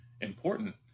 important